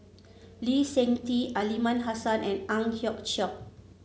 Lee Seng Tee Aliman Hassan and Ang Hiong Chiok